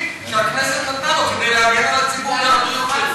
שהכנסת נתנה לו כדי להגן על הציבור והבריאות שלו.